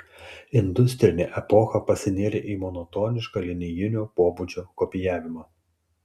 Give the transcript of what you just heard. industrinė epocha pasinėrė į monotonišką linijinio pobūdžio kopijavimą